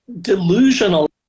delusional